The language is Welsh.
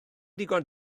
ddigon